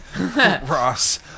Ross